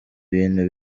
ibintu